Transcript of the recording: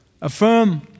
Affirm